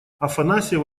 афанасьев